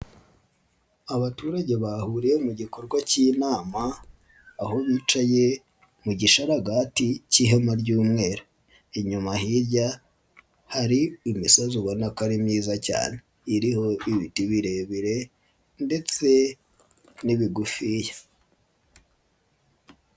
Abaturage bahuriye mu gikorwa cy'inama aho bicaye mu gishararagati cy'ihema ry'umweru, inyuma hirya hari imisozi ubona ko ari myiza cyane iriho ibiti birebire ndetse n'ibigufiya.